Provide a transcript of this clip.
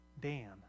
Dan